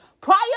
prior